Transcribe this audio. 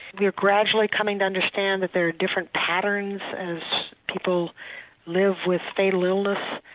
we're gradually coming to understand that there are different patterns as people live with fatal illness,